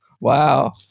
Wow